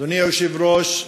אדוני היושב-ראש,